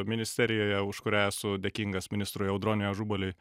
ministerijoje už kurią esu dėkingas ministrui audroniui ažubaliui